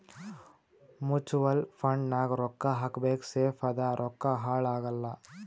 mutual fund ನಾಗ್ ರೊಕ್ಕಾ ಹಾಕಬೇಕ ಸೇಫ್ ಅದ ರೊಕ್ಕಾ ಹಾಳ ಆಗಲ್ಲ